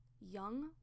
young